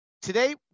Today